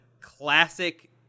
classic